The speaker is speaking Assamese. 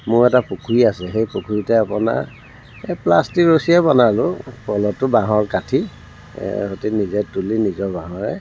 মোৰ এটা পুখুৰী আছে সেই পুখুৰীতে আপোনাৰ এই প্লাষ্টিক ৰচীৰে বনালোঁ পলটো বাঁহৰ কাঠিৰে সৈতি নিজে তুলি নিজৰ বাঁহেৰে